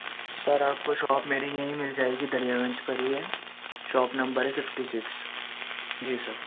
سر آپ کو شاپ میں بھی یہیں مِل جائے گی دریا گنج پر ہی ہے شاپ نمبر ہے ففٹی سکس جی سر